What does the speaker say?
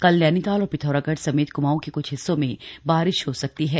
कल नैनीताल और पिथौरागढ़ समेत क्माऊं के क्छ हिस्सों में बारिश हो सकती है